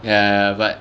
ya but